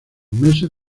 meses